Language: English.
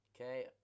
Okay